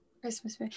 Christmas